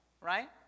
right